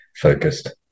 focused